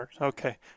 okay